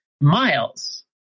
miles